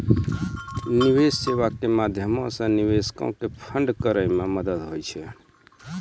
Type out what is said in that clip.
निवेश सेबा के माध्यमो से निवेशको के फंड करै मे मदत होय छै